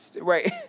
Right